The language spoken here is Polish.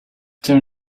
tym